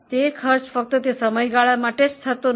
આ ખર્ચ ફક્ત સમયગાળા માટે થતો નથી